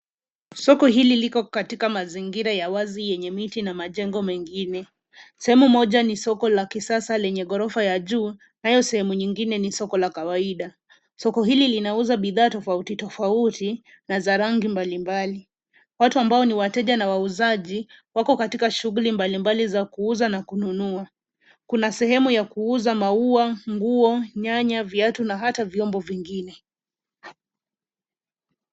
Soko hili liko katika mazingira ya kazi yenye miti na majengo mengine. Sehemu moja ni soko la kisasa lenye ghorofa ya juu, nayo sehemu nyingine ni soko la kawaida. Soko hili linauza bidhaa tofauti tofauti na za rangi mbalimbali. Watu ambao ni wateja na wauzaji, wako katika shughuli mbalimbali za kuuza na kununua. Kuna sehemu ya kuuza maua, nguo, nyanya, viatu na hata vyombo vingine.